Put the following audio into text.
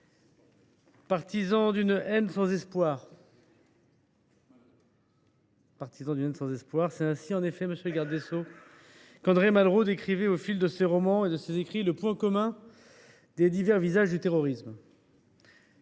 Partisans d’une haine sans espoir »,… Malraux !… c’est ainsi en effet, monsieur le garde des sceaux, qu’André Malraux décrivait, au fil de ses écrits, le point commun des divers visages du terrorisme.